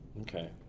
Okay